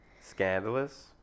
scandalous